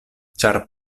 ĉar